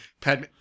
Padme